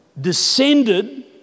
descended